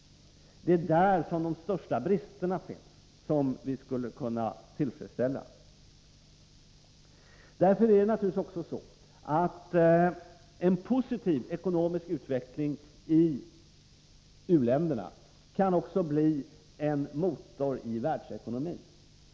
Det är där som de största bristerna finns, brister som vi skulle kunna avhjälpa. Därför förhåller det sig naturligtvis så, att en positiv ekonomisk utveckling i u-länderna skulle kunna bli en motor i världsekonomin.